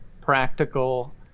practical